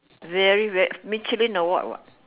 very weird what what